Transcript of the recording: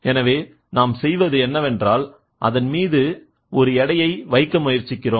எனவே நாம் செய்வது என்னவென்றால் அதன் மீது ஒரு எடையை வைக்க முயற்சிக்கிறோம்